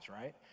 right